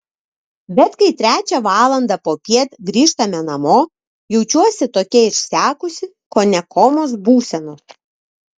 bet kai trečią valandą popiet grįžtame namo jaučiuosi tokia išsekusi kone komos būsenos